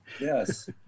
Yes